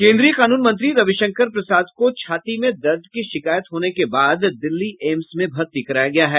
केन्द्रीय कानून मंत्री रविशंकर प्रसाद को छाती में दर्द की शिकायत होने के बाद दिल्ली एम्स में भर्ती कराया गया है